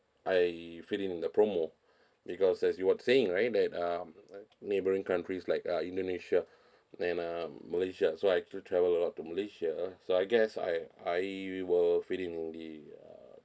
I fit in the promo because as you was saying right that um neighbouring country is like uh indonesia and um malaysia so I actually travel a lot to malaysia so I guess I I will fit in the uh